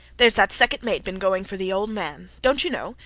theres that second mate been going for the old man. dont you know?